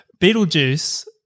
Beetlejuice